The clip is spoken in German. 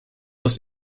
aus